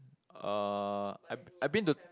(uh)I I been to